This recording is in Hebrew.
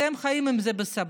אתם חיים עם זה בסבבה,